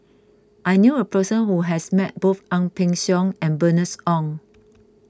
I knew a person who has met both Ang Peng Siong and Bernice Ong